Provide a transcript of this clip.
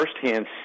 firsthand